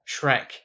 Shrek